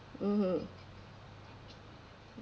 mmhmm